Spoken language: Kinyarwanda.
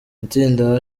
itsinda